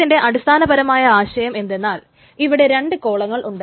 ഇതിന്റെ അടിസ്ഥാനപരമായ ആശയം എന്തെന്നാൽ ഇവിടെ രണ്ട് കോളങ്ങൾ ഉണ്ട്